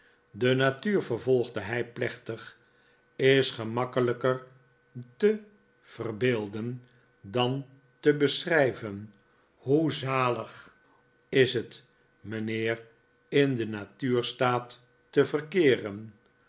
de natuur vervolgde hij plechtig is gemakkelijker te verbeelden dan te beschrijven o hoe zalig is het mijnheer in den natuurstaat te verkeeren